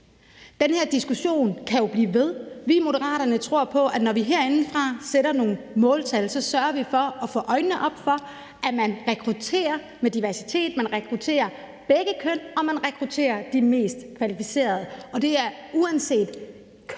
Den her diskussion kan jo blive ved. Vi i Moderaterne tror på, at når vi herindefra sætter nogle måltal, sørger vi for at få øjnene op for, at man rekrutterer med diversitet, at man rekrutterer begge køn, og at man rekrutterer de mest kvalificerede, og det er uanset køn.